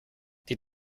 die